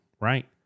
right